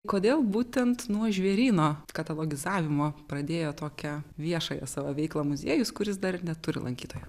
kodėl būtent nuo žvėryno katalogizavimo pradėjo tokią viešąją savo veiklą muziejus kuris dar neturi lankytojo